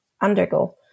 undergo